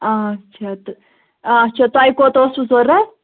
آچھا تہٕ آچھا تۄہہِ کوتاہ اوسوٕ ضوٚرَتھ